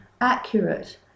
accurate